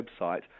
website